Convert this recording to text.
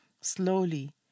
slowly